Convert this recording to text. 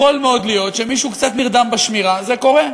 יכול מאוד להיות שמישהו קצת נרדם בשמירה, זה קורה.